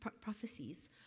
prophecies